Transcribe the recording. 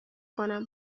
کنم